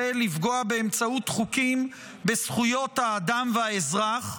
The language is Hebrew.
לפגוע באמצעות חוקים בזכויות האדם והאזרח,